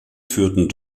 führten